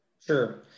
Sure